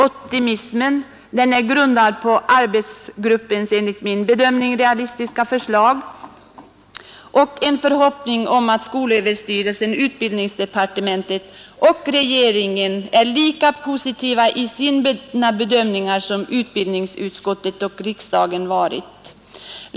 Optimismen är grundad på arbetsgruppens enligt min bedömning realistiska förslag och en förhoppning om att skolöverstyrelsen, utbildningsdepartementet och regeringen är lika positiva i sina bedömningar som utbildningsutskottet och riksdagen varit.